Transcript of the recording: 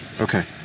Okay